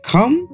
Come